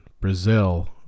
Brazil